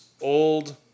old